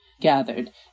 gathered